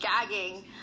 gagging